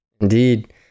Indeed